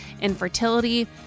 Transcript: infertility